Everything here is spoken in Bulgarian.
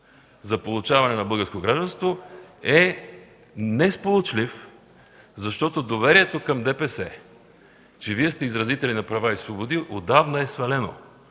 за получаване на българско гражданство, е несполучлив, защото доверието към ДПС, че Вие сте изразители на права и свободи, отдавна е свалено.